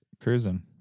Cruising